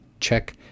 check